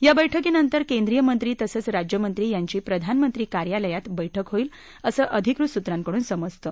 या बळकीनंतर केंद्रीय मंत्री तसंच राज्यमंत्री यांची प्रधानमंत्री कार्यालयात बरुक्क होईल असं अधिकृत सूत्रांकडून समजतं